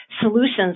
solutions